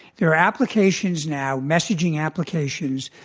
there are applications now, messaging applications,